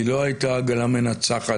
היא לא הייתה עגלה מנצחת.